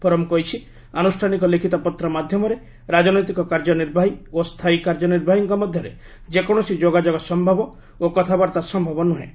forum କହିଛି ଆନୁଷ୍ଠାନିକ ଲିଖିତ ପତ୍ର ମାଧ୍ୟମରେ ରାଜନୈତିକ କାର୍ଯ୍ୟନିର୍ବାହୀ ଓ ସ୍ଥାୟୀ କାର୍ଯ୍ୟନିର୍ବାହୀଙ୍କ ମଧ୍ୟରେ ଯେକୌଣସି ଯୋଗାଯୋଗ ସ୍ୟବ ଓ କଥାବାର୍ତ୍ତା ସ୍ୟବ ନୁହେଁ